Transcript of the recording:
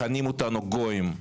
מכנים אותנו גויים,